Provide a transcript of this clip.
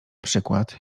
przykład